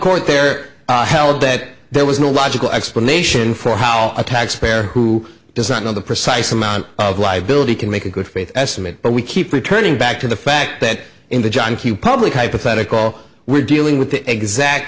court there held that there was no logical explanation for how a taxpayer who does not know the precise amount of liability can make a good faith estimate but we keep returning back to the fact that in the john coupon hypothetical we're dealing with the exact